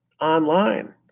online